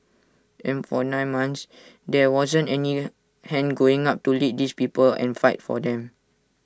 and for nine months there wasn't any hand going up to lead these people and fight for them